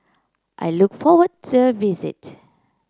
I look forward to the visit